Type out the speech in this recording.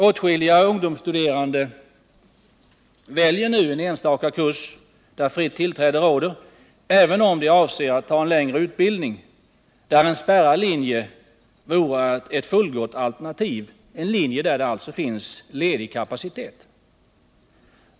Åtskilliga ungdomsstuderande väljer nu en enstaka kurs där fritt tillträde råder, även om de avser att välja en längre utbildning där en spärrad linje vore ett fullgott alternativ — en linje där det alltså finns ledig kapacitet.